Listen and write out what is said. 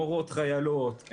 מורות חיילות,